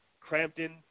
Crampton